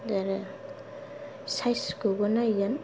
आरो सायसखौबो नायगोन